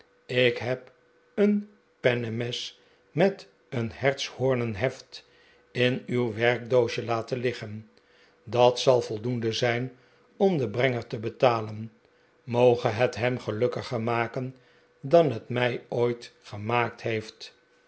ik heb een pennemes met een hertshoornen heft in uw werkdoosje laten liggen dat zal voldoende zijn om den brenger te betalen moge het hem gelukkiger maken dan het mij ooit gemaakt heeft